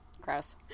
Gross